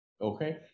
Okay